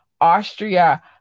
Austria